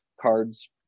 cards